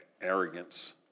arrogance